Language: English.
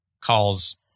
calls